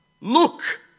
Look